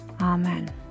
Amen